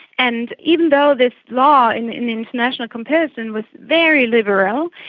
and even though this law in in international comparison was very liberal,